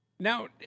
Now